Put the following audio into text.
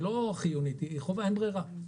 היא לא רק חיונית, היא חובה, אין ברירה.